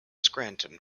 scranton